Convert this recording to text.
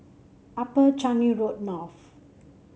Upper Changi Road North